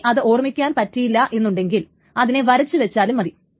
ഇനി അത് ഓർമ്മിക്കുവാൻ പറ്റിയില്ലാ എന്നുണ്ടെങ്കിൽ അതിനെ വരച്ചു വച്ചാലും മതി